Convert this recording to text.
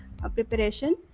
preparation